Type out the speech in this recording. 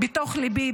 בתוך ליבי,